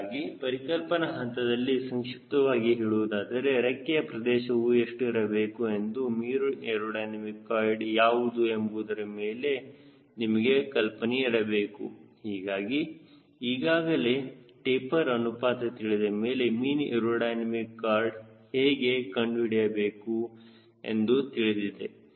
ಹೀಗಾಗಿ ಪರಿಕಲ್ಪನಾ ಹಂತದಲ್ಲಿ ಸಂಕ್ಷಿಪ್ತವಾಗಿ ಹೇಳುವುದಾದರೆ ರೆಕ್ಕೆಯ ಪ್ರದೇಶವು ಎಷ್ಟು ಇರಬೇಕು ಮತ್ತು ಮೀನ್ ಏರೋಡೈನಮಿಕ್ ಕಾರ್ಡ್ಯಾವುದು ಎಂಬುವುದರ ಬಗ್ಗೆ ನಿಮಗೆ ಕಲ್ಪನೆ ಇರಬೇಕು ನಿಮಗೆ ಈಗಾಗಲೇ ಟೆಪರ್ ಅನುಪಾತ ತಿಳಿದ ಮೇಲೆ ಮೀನ್ ಏರೋಡೈನಮಿಕ್ ಕಾರ್ಡ್ ಹೇಗೆ ಕಂಡುಹಿಡಿಯಬೇಕು ಎಂದು ತಿಳಿದಿದೆ